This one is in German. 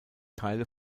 teile